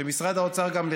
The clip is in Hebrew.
כשמשרד האוצר גם,